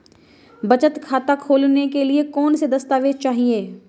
बचत खाता खोलने के लिए कौनसे दस्तावेज़ चाहिए?